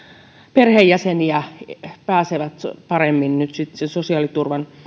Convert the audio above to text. perheenjäsenet pääsevät paremmin sosiaaliturvan